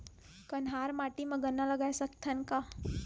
कन्हार माटी म गन्ना लगय सकथ न का?